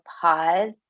pause